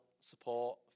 support